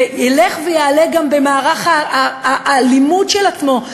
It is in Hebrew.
וילך ויעלה גם במערך הלימוד של עצמו,